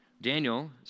Daniel